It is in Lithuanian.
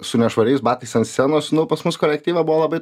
su nešvariais batais ant scenos nu pas mus kolektyve buvo labai